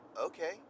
Okay